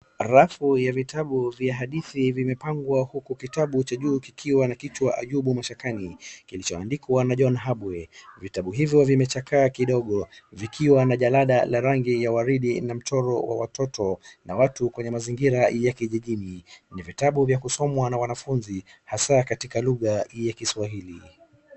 Rafu ya vitabu vya hadithi vimepangwa huku kitabu cha juu kikiwa na kichwa Ayubu mashakani, kilichoandikwa na John Habwe. Vitabu hivyo vimechakaa kidogo vikiwa na jalada la rangi ya waridi na mchoro wa watoto na watu kwenye mazingira ya kijijini, na vitabu vya kusomwa na wanafunzi hasaa katika kugha ya kiswahili.